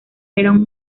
eran